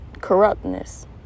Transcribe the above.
corruptness